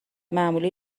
معمولی